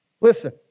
Listen